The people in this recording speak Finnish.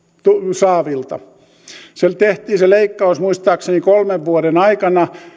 saavilta se leikkaus tehtiin muistaakseni kolmen vuoden aikana